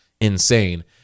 insane